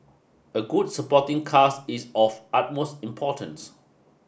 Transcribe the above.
a good supporting cast is of utmost importance